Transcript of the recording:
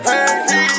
Baby